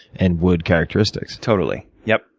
and wood characteristics. totally, yeah.